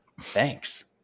Thanks